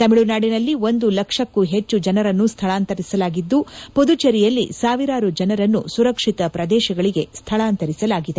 ತಮಿಳುನಾಡಿನಲ್ಲಿ ಒಂದು ಲಕ್ಷಕ್ಕೂ ಹೆಚ್ಚು ಜನರನ್ನು ಸ್ಥಳಾಂತರಿಸಲಾಗಿದ್ದು ಪುದುಚೆರಿಯಲ್ಲಿ ಸಾವಿರಾರು ಜನರನ್ನು ಸುರಕ್ಷಿತ ಪ್ರದೇಶಗಳಿಗೆ ಸ್ಥಳಾಂತರಿಸಲಾಗಿದೆ